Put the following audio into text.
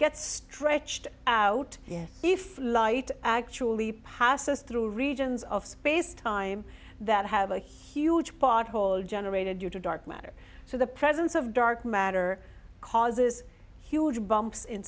gets stretched out yes if light actually passes through regions of space time that have a huge pothole generated due to dark matter so the presence of dark matter causes huge bumps in